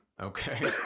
Okay